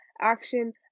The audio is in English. action